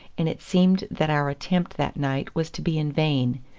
and it seemed that our attempt that night was to be in vain,